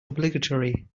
obligatory